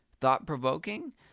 thought-provoking